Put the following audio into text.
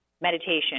Meditation